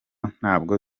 ntabwo